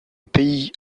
pays